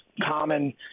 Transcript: common